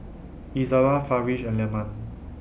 Izara Farish and Leman